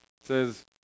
says